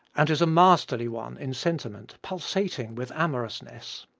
and is a masterly one in sentiment, pulsating with amorousness.